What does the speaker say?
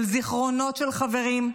של זיכרונות של חברים,